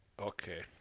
Okay